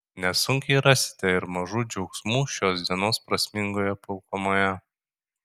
nesunkiai rasite ir mažų džiaugsmų šios dienos prasmingoje pilkumoje